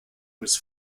was